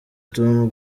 tom